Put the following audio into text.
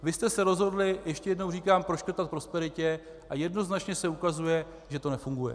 Vy jste se rozhodli, ještě jednou říkám, proškrtat k prosperitě, a jednoznačně se ukazuje, že to nefunguje.